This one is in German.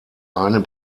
eine